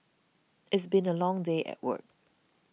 it's been a long day at work